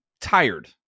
tired